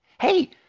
Hey